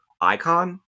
icon